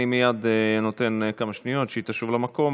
אני נותן כמה שניות כדי שהיא תשוב למקום,